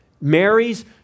Mary's